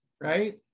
right